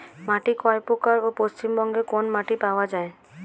মাটি কয় প্রকার ও পশ্চিমবঙ্গ কোন মাটি পাওয়া য়ায়?